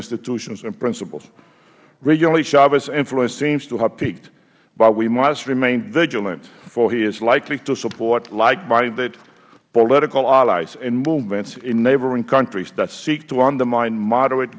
institutions and principles recently chavez's influence seems to have peaked but we must remain vigilant for he is likely to support like minded political allies and movements in neighboring countries that seek to undermine moderate